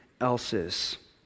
else's